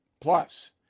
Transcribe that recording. Plus